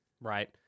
Right